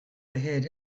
ahead